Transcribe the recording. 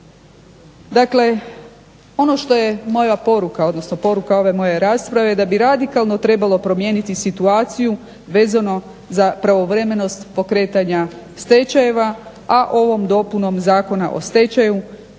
Dakle, ono što je moja poruka, odnosno poruka ove moje rasprave da bi radikalno trebalo promijeniti situaciju vezano za pravovremenost pokretanja stečajeva, a ovom dopunom Zakona o stečaju